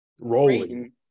rolling